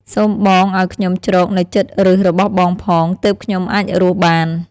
សូមបងឲ្យខ្ញុំជ្រកនៅជិតប្ញសរបស់បងផង ទើបខ្ញុំអាចរស់បាន!